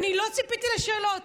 אני לא ציפיתי לשאלות.